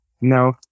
no